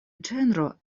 ĝenro